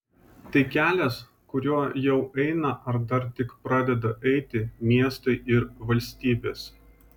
tai kelias kuriuo jau eina ar dar tik pradeda eiti miestai ir valstybės